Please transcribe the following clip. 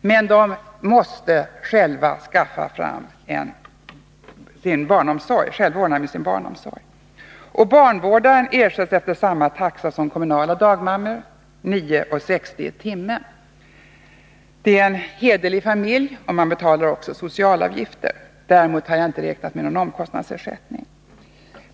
men de måste själva ordna med sin barnomsorg. Barnvårdaren ersätts efter samma taxa som gäller för kommunala dagmammor, dvs. 9:60 i timmen. Det är en hederlig familj som betalar också socialavgifter, men jag har inte räknat med någon omkostnadsersättning.